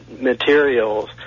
materials